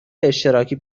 اشتراکی